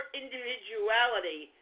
individuality